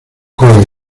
cola